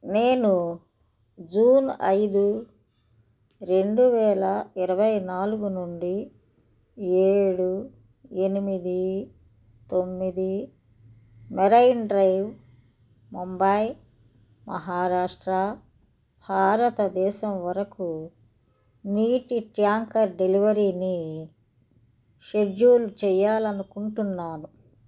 నేను జూన్ ఐదు రెండు వేల ఇరవై నాలుగు నుండి ఏడు ఎనిమిది తొమ్మిది మెరైన్ డ్రైవ్ ముంబై మహారాష్ట్ర భారతదేశం వరకు నీటి ట్యాంకర్ డెలివరీని షెడ్యూల్ చేయాలి అనుకుంటున్నాము